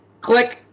Click